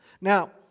now